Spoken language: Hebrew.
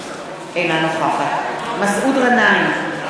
אינה נוכחת מסעוד גנאים,